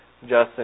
Justin